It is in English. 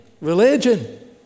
religion